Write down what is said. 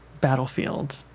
battlefield